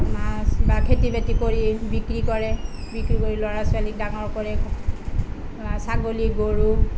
মাছ বা খেতি বাতি বিক্ৰী কৰি বিক্ৰী কৰে বিক্ৰী কৰি ল'ৰা ছোৱালীক ডাঙৰ কৰে ছাগলী গৰু